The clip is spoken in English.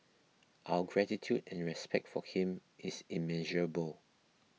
our gratitude and respect for him is immeasurable